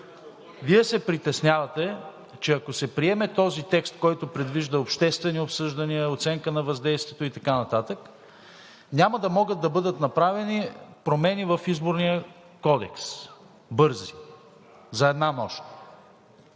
Вие се притеснявате, че ако се приеме този текст, който предвижда обществени обсъждания, оценка на въздействието и така нататък, няма да могат да бъдат направени промени в Изборния кодекс – бързи, за една нощ.